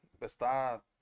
está